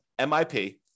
MIP